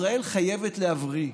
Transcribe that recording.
ישראל חייבת להבריא,